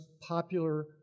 popular